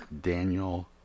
Daniel